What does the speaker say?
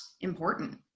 important